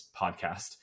podcast